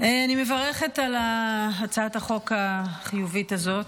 אני מברכת על הצעת החוק החיובית הזאת.